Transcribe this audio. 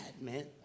man